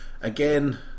again